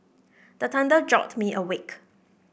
the thunder jolt me awake